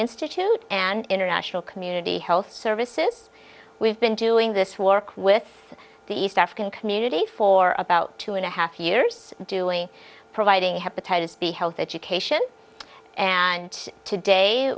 institute and international community health services we've been doing this work with the east african community for about two and a half years doing providing hepatitis b health education and today